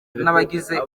n’abagize